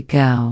go